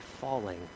falling